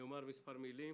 אומר מספר מילים